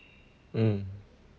mm